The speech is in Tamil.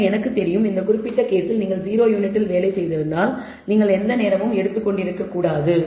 எனவே எனக்குத் தெரியும் இந்த குறிப்பிட்ட கேஸில் நீங்கள் 0 யூனிட்டில் வேலை செய்திருந்தால் நீங்கள் எந்த நேரமும் எடுத்துக் கொண்டிருக்க கூடாது